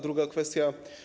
Druga kwestia.